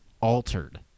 altered